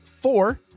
four